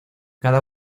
cada